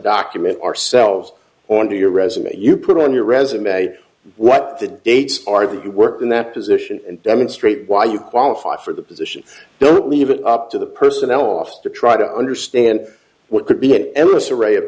document ourselves onto your resume you put on your resume what the dates are who worked in that position and demonstrate why you qualify for the position don't leave it up to the personnel office to try to understand what could be an emissary of